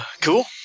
Cool